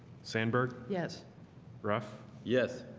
sandburg. yes ruff. yes,